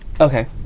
Okay